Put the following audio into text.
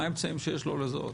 מהם האמצעים שיש לו לזהות?